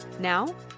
Now